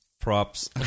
props